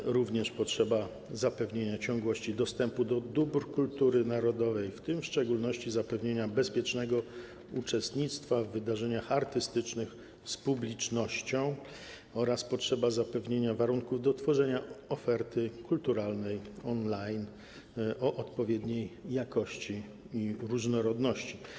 Jest również potrzeba zapewnienia ciągłości dostępu do dóbr kultury narodowej, w szczególności zapewnienia bezpiecznego uczestnictwa w wydarzeniach artystycznych z publicznością oraz zapewnienia warunków do tworzenia oferty kulturalnej on-line o odpowiedniej jakości i różnorodności.